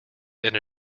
then